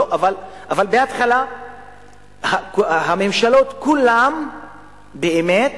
אבל בהתחלה הממשלות כולן באמת